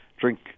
drink